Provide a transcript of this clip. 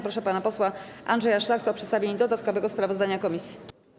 Proszę pana posła Andrzeja Szlachtę o przedstawienie dodatkowego sprawozdania komisji.